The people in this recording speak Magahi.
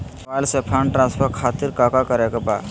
मोबाइल से फंड ट्रांसफर खातिर काका करे के बा?